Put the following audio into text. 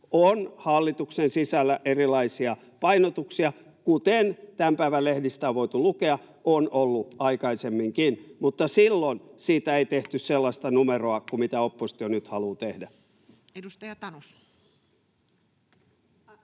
on hallituksen sisällä erilaisia painotuksia. Kuten tämän päivän lehdistä on voitu lukea, niitä on ollut aikaisemminkin, mutta silloin siitä ei tehty sellaista numeroa kuin mitä oppositio nyt haluaa tehdä. [Speech 61]